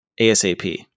ASAP